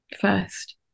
first